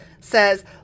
says